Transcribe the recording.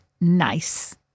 nice